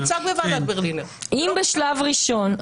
אם בשלב ראשון,